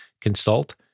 Consult